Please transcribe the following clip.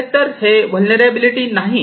खरें तर ते व्हलनेरलॅबीलीटी नाहीत